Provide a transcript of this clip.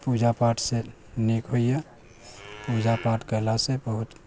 पूजा पाठ से नीक होइया पूजा पाठ कैला से बहुत